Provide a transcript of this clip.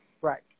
Right